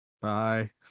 Bye